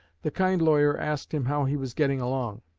the kind lawyer asked him how he was getting along.